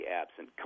absent